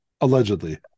Allegedly